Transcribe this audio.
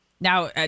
Now